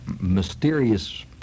mysterious